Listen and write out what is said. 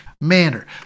manner